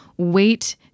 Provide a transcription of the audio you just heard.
wait